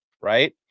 Right